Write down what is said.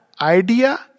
Idea